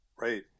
right